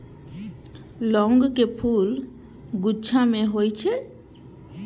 लौंग के फूल गुच्छा मे होइ छै